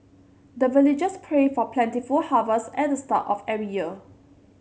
the villagers pray for plentiful harvest at the start of every year